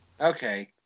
Okay